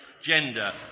gender